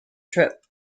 trip